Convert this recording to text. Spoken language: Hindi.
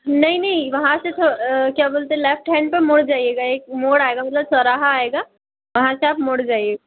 नहीं नहीं वहाँ से तो क्या बोलते हैं लेफ्ट हैन्ड पर मुड़ जाइएगा एक मोड़ आएगा मतलब चौराहा आएगा वहाँ से आप मुड़ जाइए